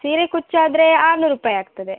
ಸೀರೆ ಕುಚ್ಚು ಆದರೆ ಆರುನೂರು ರೂಪಾಯಿ ಆಗ್ತದೆ